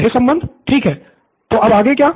छात्र सह संबंध ठीक है तो अब आगे क्या